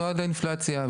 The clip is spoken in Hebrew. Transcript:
נועד לאינפלציה.